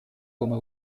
come